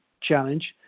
challenge